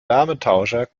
wärmetauscher